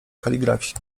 kaligrafii